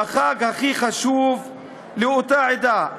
בחג החשוב לאותה עדה,